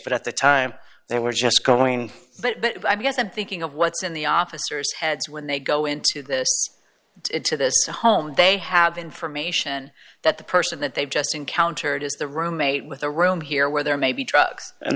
but at the time they were just going but i guess i'm thinking of what's in the officers heads when they go into this to this home they have information that the person that they've just encountered is the roommate with a room here where there may be drugs and